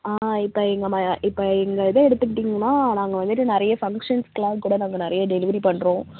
இப்போ எங்கள் இப்போ எங்கள் இதை எடுத்துக்கிட்டிங்கன்னால் நாங்கள் வந்துட்டு நிறைய ஃபங்ஷன்ஸ்கெலாம் கூட நாங்கள் நிறைய டெலிவரி பண்ணுறோம்